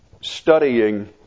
studying